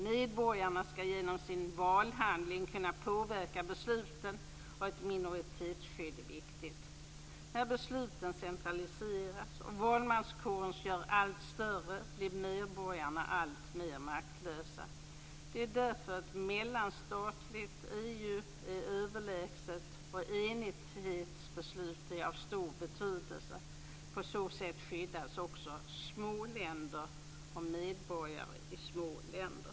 Medborgarna skall genom sin valhandling kunna påverka besluten, och ett minoritetsskydd är viktigt. När besluten centraliseras och valmanskåren görs allt större blir medborgarna alltmer maktlösa. Det är därför ett mellanstatligt EU är överlägset och enighetsbeslut är av stor betydelse. På så sätt skyddas också små länder och medborgare i små länder.